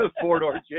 four-door